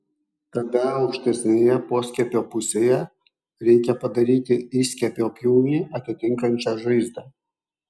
tada aukštesnėje poskiepio pusėje reikia padaryti įskiepio pjūvį atitinkančią žaizdą